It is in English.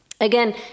Again